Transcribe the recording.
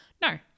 No